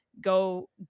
go